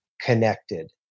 connected